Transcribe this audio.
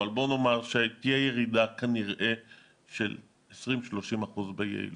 אבל בוא נאמר שכנראה תהיה ירידה של 20%-30% ביעילות.